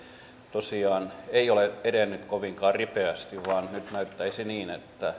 tosiaan ei ole edennyt kovinkaan ripeästi vaan nyt näyttäisi niin